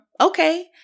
okay